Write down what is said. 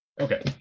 okay